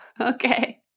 Okay